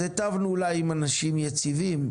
אז הטבנו אולי עם אנשים יציבים,